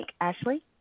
Ashley